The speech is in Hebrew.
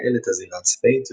לנהל את הזירה הצבאית,